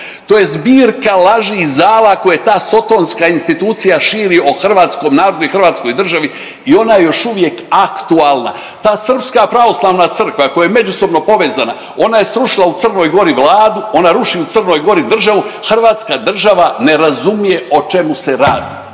to je zbirka laži i zala koje ta sotonska institucija širi o hrvatskom narodu i hrvatskoj državi i ona je još uvijek aktualna. Ta Srpska pravoslavna crkva koja je međusobno povezana ona je srušila u Crnoj Gori Vladu, ona ruši u Crnoj Gori državu, hrvatska država ne razumije o čemu se radi.